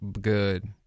good